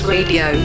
Radio